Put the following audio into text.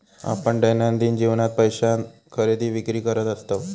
आपण दैनंदिन जीवनात पैशान खरेदी विक्री करत असतव